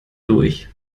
durch